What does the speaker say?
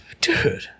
Dude